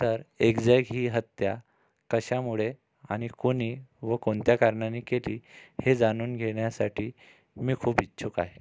तर एक्झॅक्ट ही हत्या कशामुळे आणि कोणी व कोणत्या कारणाने केली हे जाणून घेण्यासाठी मी खूप इच्छुक आहे